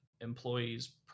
employees